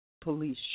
police